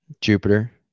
Jupiter